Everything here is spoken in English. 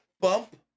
bump